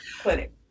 clinic